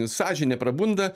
sąžinė prabunda